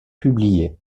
publiées